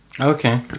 Okay